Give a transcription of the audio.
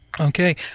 Okay